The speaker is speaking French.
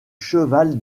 cheval